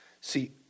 See